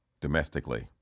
domestically